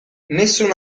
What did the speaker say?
nessun